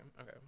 okay